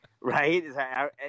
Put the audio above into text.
right